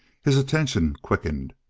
his attention quickened.